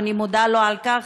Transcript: ואני מודה לו על כך.